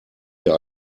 wir